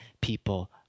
people